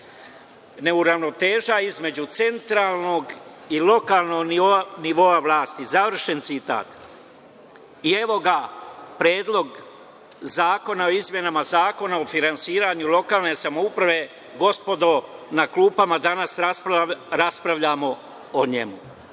neravnoteža između centralnog i lokalnog nivoa vlasti“, završen citat. Evo ga Predlog zakona o izmenama Zakona o finansiranju lokalne samouprave, gospodo, na klupama, danas raspravljamo o njemu.